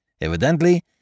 Evidently